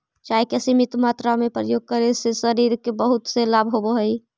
चाय के सीमित मात्रा में प्रयोग करे से शरीर के बहुत से लाभ होवऽ हइ